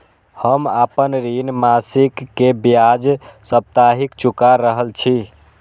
हम आपन ऋण मासिक के ब्याज साप्ताहिक चुका रहल छी